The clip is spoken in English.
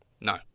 No